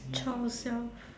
child self